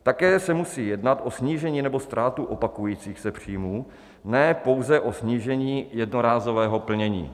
Také se musí jednat o snížení nebo ztrátu opakujících se příjmů, ne pouze o snížení jednorázového plnění.